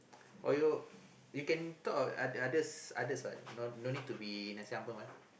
or you you can talk other others others what no don't need to be nasi-ambeng ah